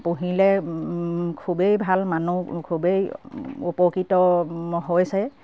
পুহিলে খুবেই ভাল মানুহ খুবেই উপকৃত হৈছে